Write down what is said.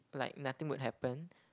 like nothing would happen